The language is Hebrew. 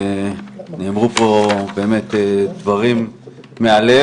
נאמרו פה מהלב.